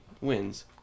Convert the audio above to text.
wins